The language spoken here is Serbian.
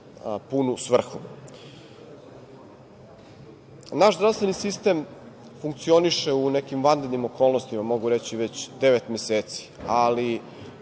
punu svrhu. Naš zdravstveni sistem funkcioniše u nekim vanrednim okolnostima, mogu reći, već devet meseci, ali,